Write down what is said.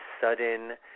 sudden